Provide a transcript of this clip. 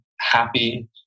happy